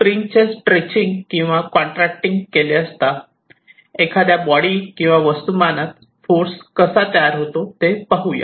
स्प्रिंगचे stretching किंवा contracting केले असता एखाद्या बॉडी किंवा वस्तुमानास फोर्स कसा तयार होतो ते पाहूया